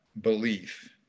belief